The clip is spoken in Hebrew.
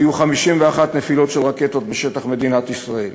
היו 51 נפילות של רקטות בשטח מדינת ישראל,